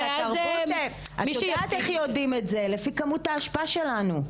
את יודעת איך יודעים את זה, לפי כמות האשפה שלנו.